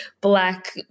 black